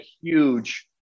huge